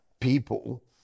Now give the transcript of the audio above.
people